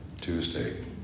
Tuesday